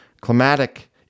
climatic